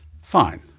Fine